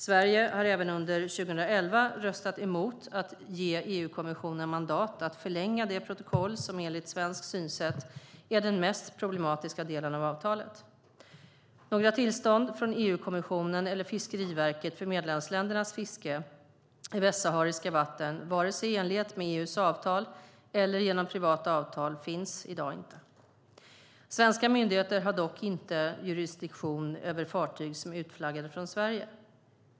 Sverige har även under 2011 röstat emot att ge EU-kommissionen mandat att förlänga det protokoll som enligt svenskt synsätt är den mest problematiska delen av avtalet. Några tillstånd från EU-kommissionen eller Fiskeriverket för medlemsländernas fiske i västsahariska vatten, vare sig i enlighet med EU:s avtal eller genom privata avtal, finns i dag inte. Svenska myndigheter har dock inte jurisdiktion över fartyg som är utflaggade från Sverige.